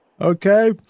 Okay